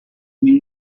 mil